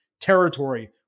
territory